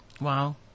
Wow